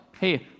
hey